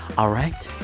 all right,